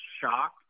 shocked